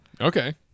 Okay